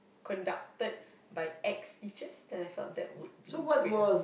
conducted by ex teachers then I felt that would be great ah